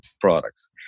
products